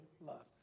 love